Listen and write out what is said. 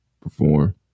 perform